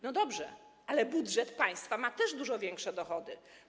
No dobrze, ale budżet państwa ma też dużo większe dochody.